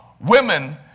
women